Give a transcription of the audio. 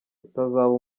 utazaba